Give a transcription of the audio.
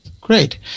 great